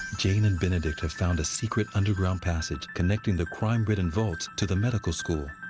jane and benedict have found a secret underground passage connecting the crime-ridden vaults to the medical school.